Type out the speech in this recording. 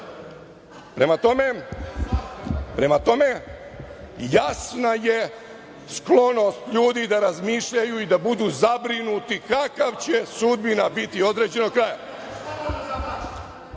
živi. Prema tome jasna je sklonost ljudi da razmišljaju i da budu zabrinuti kakva će sudbina biti određenog kraja.